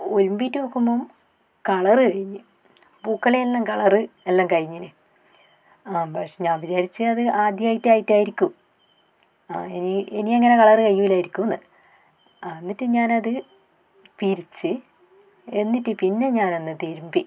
ഒളിമ്പിയിട്ട് നോക്കുമ്പം കളറ് കഴിഞ്ഞ് പൂക്കളെല്ലാം കളറ് എല്ലാം കഴിഞ്ഞേനു ആ പക്ഷേ ഞാൻ വിചാരിച്ച് അത് ആദ്യമായിട്ടായിട്ടായിരിക്കും ഇനി ഇനി അങ്ങനെ കളറ് കയ്യൂലായിരിക്കൂന്ന് ആ എന്നിട്ട് ഞാനത് വിരിച്ച് എന്നിട്ട് പിന്നെ ഞാൻ ഒന്ന് തിരുമ്പി